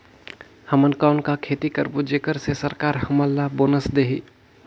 हमन कौन का खेती करबो जेकर से सरकार हमन ला बोनस देही?